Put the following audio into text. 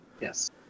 Yes